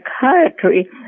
psychiatry